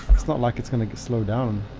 it's not like it's going to slow down.